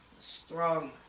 strong